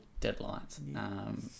Deadlines